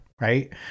right